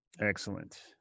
Excellent